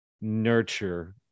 nurture